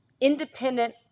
independent